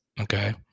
Okay